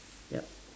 yup